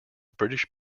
british